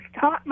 taught